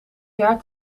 jaar